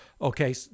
Okay